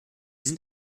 sind